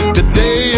Today